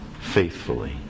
faithfully